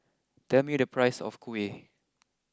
tell me the price of Kuih